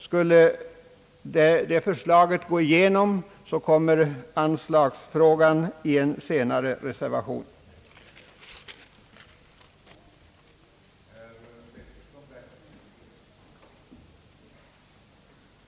Skulle reservationsförslaget gå igenom, kommer anslagsfrågan att behandlas i anslutning till en senare reservation, 3 a.